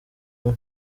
umwe